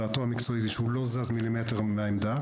דעתו המקצועית היא שהוא לא זז מילימטר מהעמדה,